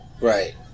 Right